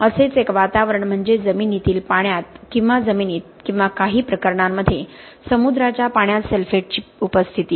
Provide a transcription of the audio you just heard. असेच एक वातावरण म्हणजे जमिनीतील पाण्यात किंवा जमिनीत किंवा काही प्रकरणांमध्ये समुद्राच्या पाण्यात सल्फेटची उपस्थिती